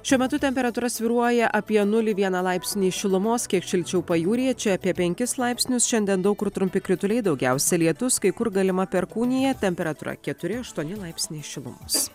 šiuo metu temperatūra svyruoja apie nulį vieną laipsnį šilumos kiek šilčiau pajūryje čia apie penkis laipsnius šiandien daug kur trumpi krituliai daugiausia lietus kai kur galima perkūnija temperatūra keturi aštuoni laipsniai šilumos